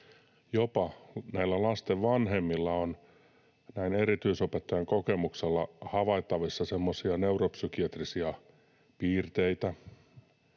lasten vanhemmilla on, näin erityisopettajan kokemuksella, havaittavissa semmoisia neuropsykiatrisia piirteitä,